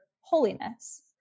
holiness